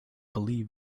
believe